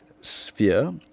sphere